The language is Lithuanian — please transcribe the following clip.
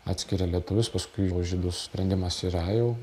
atskiria lietuvius paskui jau žydus sprendimas yra jau